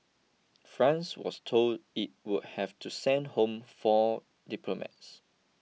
France was told it would have to send home four diplomats